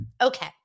Okay